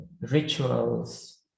rituals